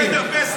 מנסור דאג לך.